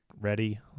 Ready